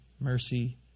mercy